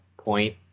point